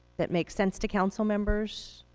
that make sense to council members,